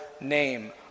name